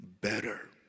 better